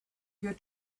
your